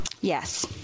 Yes